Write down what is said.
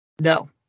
No